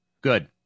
Good